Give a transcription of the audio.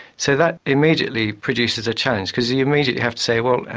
so that immediately produces a challenge because you immediately have to say, well,